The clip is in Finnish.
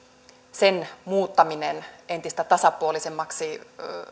sen muuttaminen entistä tasapuolisemmaksi